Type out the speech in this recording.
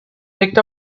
picked